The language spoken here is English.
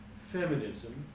feminism